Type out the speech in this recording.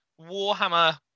Warhammer